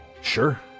Sure